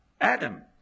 Adam